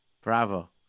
Bravo